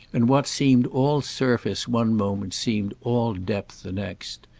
and what seemed all surface one moment seemed all depth the next.